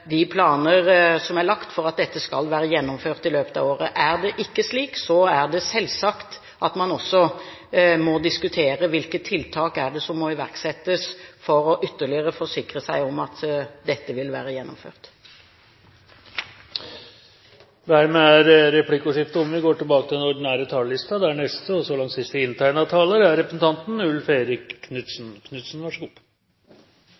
de planer som er lagt for at dette skal være gjennomført i løpet av året. Er det ikke slik, er det selvsagt at man også må diskutere hvilke tiltak som må iverksettes for ytterligere å forsikre seg om at dette vil være gjennomført. Dermed er replikkordskiftet omme.